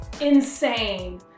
insane